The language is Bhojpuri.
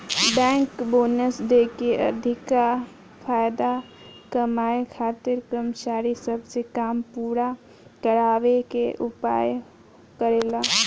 बैंक बोनस देके अधिका फायदा कमाए खातिर कर्मचारी सब से काम पूरा करावे के उपाय करेले